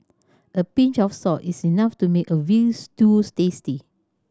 a pinch of salt is enough to make a veal stews tasty